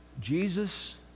Jesus